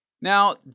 now